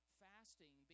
fasting